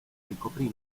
ricoprì